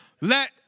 Let